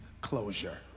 closure